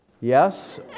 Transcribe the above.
Yes